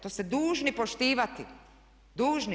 To ste dužni poštivati, dužni.